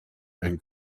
and